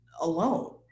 alone